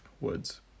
Woods